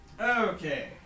Okay